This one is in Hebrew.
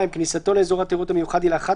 (2)כניסתו לאזור התיירות המיוחד היא לאחת